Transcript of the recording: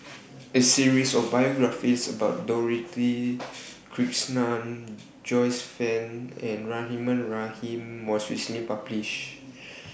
A series of biographies about Dorothy Krishnan Joyce fan and Rahimah Rahim was recently published